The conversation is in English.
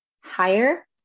higher